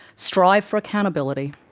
strive for accountability,